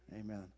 Amen